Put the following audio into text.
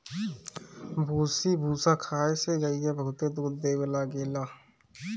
भूसी भूसा खाए से गईया बहुते दूध देवे लागेले